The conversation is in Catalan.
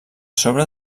sobre